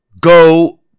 go